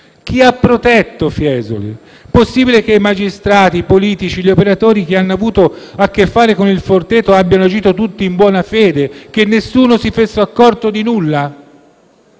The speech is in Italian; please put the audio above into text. Chi ha protetto Fiesoli? È possibile che i magistrati, i politici e gli operatori che hanno avuto a che fare con «Il Forteto» abbiano agito tutti in buona fede? È possibile che nessuno si sia accorto di nulla?